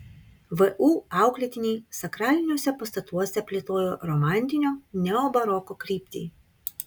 vu auklėtiniai sakraliniuose pastatuose plėtojo romantinio neobaroko kryptį